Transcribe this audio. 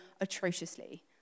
atrociously